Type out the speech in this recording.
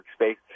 workspace